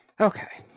ok.